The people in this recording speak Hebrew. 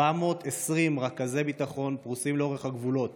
420 רכזי ביטחון פרוסים לאורך הגבולות